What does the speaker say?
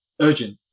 urgent